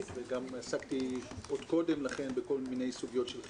וגם עסקתי עוד קודם לכן בכל מיני סוגיות של חינוך,